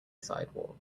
sidewalk